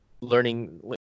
learning